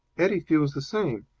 eddie feels the same.